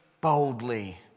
boldly